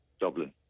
Dublin